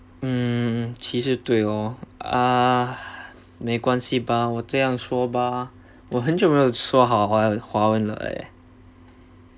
mm 其实对咯啊没关系咯我这样说吧我很久没有说好华文了额